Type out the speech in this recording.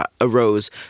arose